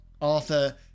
arthur